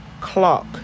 clock